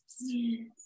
Yes